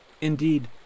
Indeed